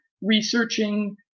researching